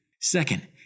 Second